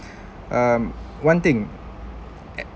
um one thing at